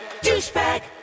Douchebag